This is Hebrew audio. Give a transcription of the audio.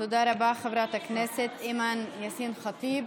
תודה רבה, חברת הכנסת אימאן יאסין ח'טיב.